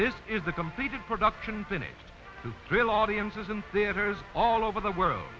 this is a completed production finished the real audiences and there is all over the world